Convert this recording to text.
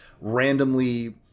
Randomly